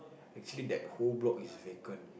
actually that whole block is vacant